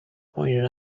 pointed